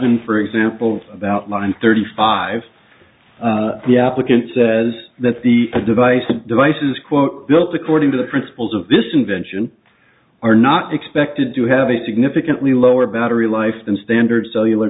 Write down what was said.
eleven for example about line thirty five the applicant says that the device devices quote built according to the principles of this invention are not expected to have a significantly lower battery life than standard cellular